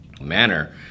manner